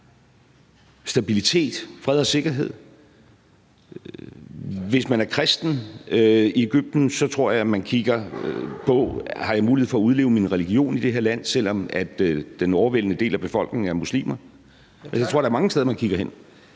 stabilitet, fred og sikkerhed. Hvis man er kristen i Egypten, tror jeg man kigger på: Har jeg mulighed for at udleve min religion i det her land, selv om den overvældende del af befolkningen er muslimer? Jeg tror, der er mange steder, man kigger hen.